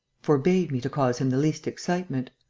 forbade me to cause him the least excitement.